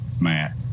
Matt